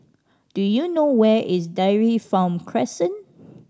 do you know where is Dairy Farm Crescent